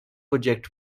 project